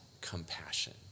compassion